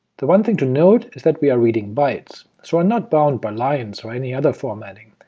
the one thing to note is that we are reading bytes, so are not bound by lines or any other formatting,